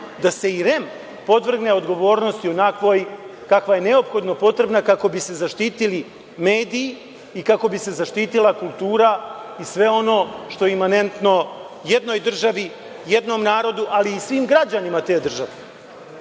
da se i REM podvrgne odgovornosti onakvoj kakva je neophodno potrebna, kako bi se zaštitili mediji i kako bi se zaštitila kultura i sve ono što imanentno jednoj državi, jednom narodu, ali i svim građanima te države?